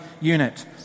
unit